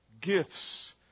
gifts